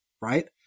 right